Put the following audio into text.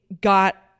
got